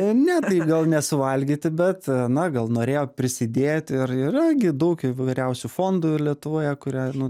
ne tai gal nesuvalgyti bet na gal norėjo prisidėti ir yra gi daug įvairiausių fondų ir lietuvoje kurie nu